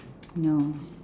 no